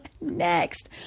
Next